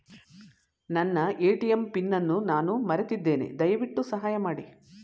ನನ್ನ ATM pin ಅನ್ನು ನಾನು ಮರೆತಿದ್ದೇನೆ, ದಯವಿಟ್ಟು ಸಹಾಯ ಮಾಡಿ